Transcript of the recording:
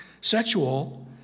sexual